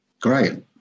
great